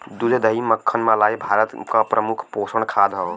दूध दही मक्खन मलाई भारत क प्रमुख पोषक खाद्य हौ